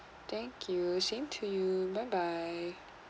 thank you same to you bye bye